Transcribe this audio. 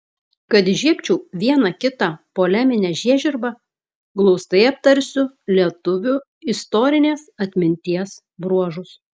kad įžiebčiau vieną kitą poleminę žiežirbą glaustai aptarsiu lietuvių istorinės atminties bruožus